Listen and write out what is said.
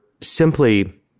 simply